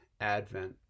Advent